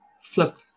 flip